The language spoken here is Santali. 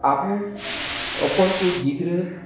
ᱟᱵᱚ ᱚᱠᱚᱭ ᱠᱚ ᱜᱤᱫᱽᱨᱟᱹ